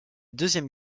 deuxième